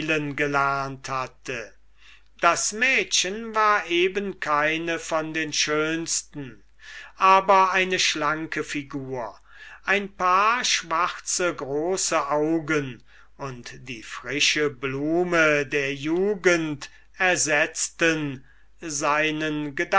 gelernt hatte das mädchen war eben keine von den schönsten aber eine schlanke figur ein paar große schwarze augen und die frische blume der jugend ersetzten seinen